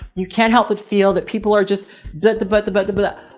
you can't help but feel that people are just that the but the, but the but